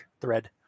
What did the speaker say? thread